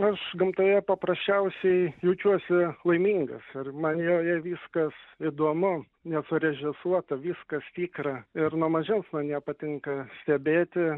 aš gamtoje paprasčiausiai jaučiuosi laimingas ir man joje viskas įdomu nesurežisuota viskas tikra ir nuo mažens man ją patinka stebėti